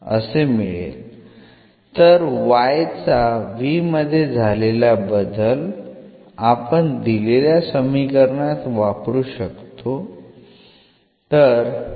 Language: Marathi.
तर y चा v मध्ये झालेला बदल आपण दिलेल्या समीकरणात वापरू शकतो